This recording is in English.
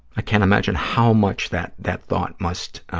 i can't imagine how much that that thought must